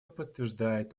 подтверждает